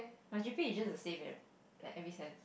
my g_p_a is just the same leh like every sem